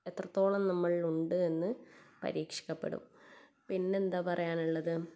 എത്രത്തോളം നമ്മൾ ഉണ്ട് എന്ന് പരീക്ഷിക്കപ്പെടും പിന്നെന്താണ് പറയാനുള്ളത്